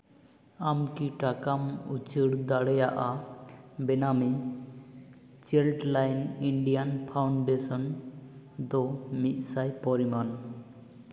ᱟᱢ ᱠᱤ ᱴᱟᱠᱟᱢ ᱩᱪᱟᱹᱲ ᱫᱟᱲᱮᱭᱟᱜᱼᱟ ᱵᱮᱱᱟᱢᱤ ᱪᱟᱭᱤᱞᱰ ᱞᱟᱭᱤᱱ ᱤᱱᱰᱤᱭᱟᱱ ᱯᱷᱟᱣᱩᱱᱰᱮᱥᱚᱱ ᱫᱚ ᱢᱤᱫ ᱥᱟᱭ ᱯᱚᱨᱤᱢᱟᱱ